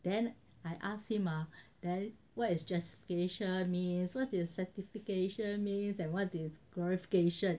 then I ask him ah then what is justification means then what is certification means and what is glorification